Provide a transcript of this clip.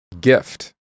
gift